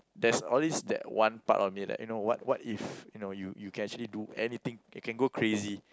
there's always that one part of me that you know what what if you know you can do anything you can go crazy